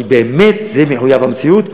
כי באמת זה מחויב המציאות.